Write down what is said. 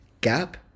gap